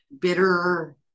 bitter